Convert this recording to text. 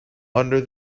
under